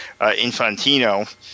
Infantino